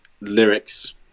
lyrics